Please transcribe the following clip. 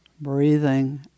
breathing